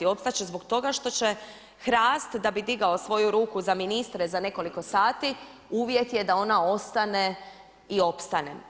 Opstat će zbog toga što će HRAST da bi digao svoju ruku za ministre za nekoliko sati uvjet je da ona ostane i opstane.